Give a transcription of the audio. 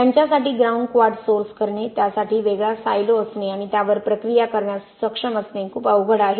त्यांच्यासाठी ground quartz source करणे त्यासाठी वेगळा सायलो असणे आणि त्यावर प्रक्रिया करण्यास सक्षम असणे खूप अवघड आहे